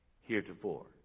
heretofore